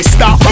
Stop